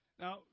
Now